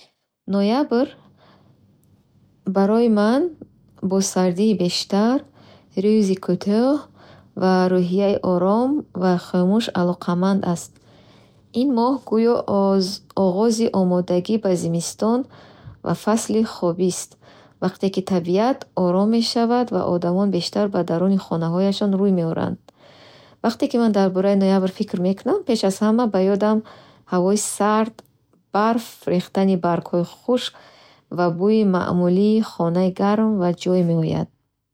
Ноябр барои ман бо сардии бештар, рӯзи кӯтоҳ ва рӯҳияи ором ва хомӯш алоқаманд аст. Ин моҳ гӯё омодагӣ ба зимистон ва фасли хобист. Вақте ки табиат ором мешавад ва одамон бештар ба даруни хонаҳояшон рӯй меоранд. Вақте ки ман дар бораи ноябр фикр мекунам, пеш аз ҳама ба ёдам ҳавои сард, барфи нахӯрда, рехтани баргҳои хушк ва бӯи маъмулии хонаи гарм ва чой меояд.